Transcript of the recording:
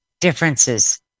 differences